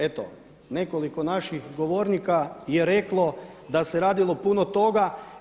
Eto nekoliko naših govornika je reklo da se radilo puno toga.